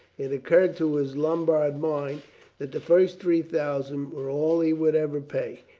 it occurred to his lombard mind that the first three thousand were all he would ever pay.